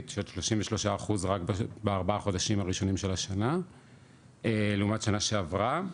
של 33% רק בארבעה החודשים הראשונים של השנה לעומת שנה שעברה,